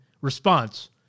response